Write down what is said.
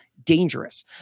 Dangerous